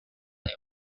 they